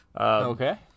Okay